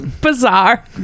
bizarre